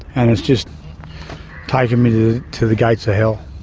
and it's just taken me to to the gates of hell.